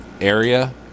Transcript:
area